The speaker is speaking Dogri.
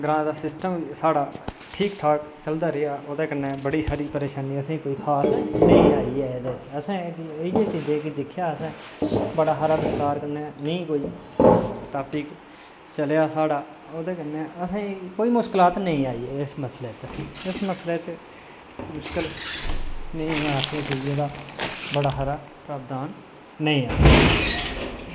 ग्रांऽ दा सिस्टम साढ़ा ठीक ठाक चलदा रेहा ओह्दे कन्नै कोई खास परेशानी असेंगी नेईं आई ऐ असें एह् जेही चीज़ें गी दिक्खेआ असें बड़ा हारा विस्तार कन्नै नेईं कोई टॉपिक चलेआ साढ़ा एह्दे कन्नै असेंगी कोई मुशकलात नेईं आई इस मसले च इस मसले च मुशकल नेईं बड़ा हारा जोगदान नेईं ऐ